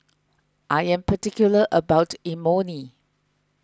I am particular about Imoni